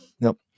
nope